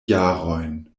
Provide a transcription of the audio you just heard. jarojn